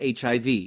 HIV